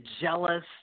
jealous